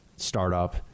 startup